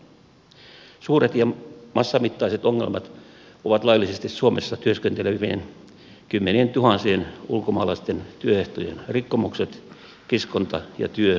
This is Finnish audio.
suuria ja massamittaisia ongelmia ovat laillisesti suomessa työskentelevien kymmenientuhansien ulkomaalaisten työehtojen rikkomukset kiskonta ja työsyrjintä